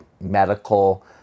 medical